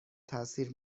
تاثیر